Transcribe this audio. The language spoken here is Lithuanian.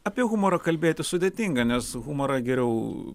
apie humorą kalbėti sudėtinga nes humorą geriau